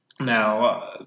Now